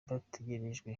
bategerejwe